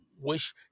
wish